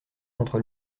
contre